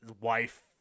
wife